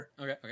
okay